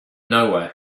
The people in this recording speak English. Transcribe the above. nowhere